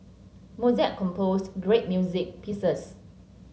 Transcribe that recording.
Mozart composed great music pieces